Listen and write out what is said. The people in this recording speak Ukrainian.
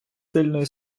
сильної